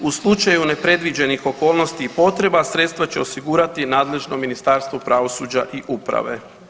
U slučaju nepredviđenih okolnosti i potreba sredstva će osigurati nadležno Ministarstvo pravosuđa i uprave.